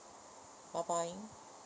bye bye